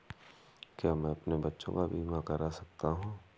क्या मैं अपने बच्चों का बीमा करा सकता हूँ?